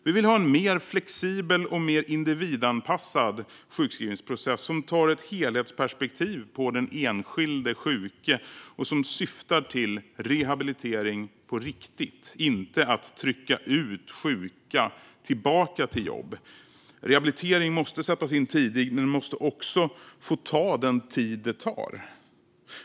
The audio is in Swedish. Vi vill ha en mer flexibel och mer individanpassad sjukskrivningsprocess som tar ett helhetsperspektiv på den enskilde sjuke, och som syftar till rehabilitering på riktigt och inte till att "trycka ut" sjuka tillbaka till jobb. Rehabilitering måste sättas in tidigt, men måste också få ta den tid det tar.